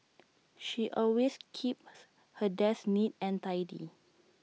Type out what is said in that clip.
she always keeps her desk neat and tidy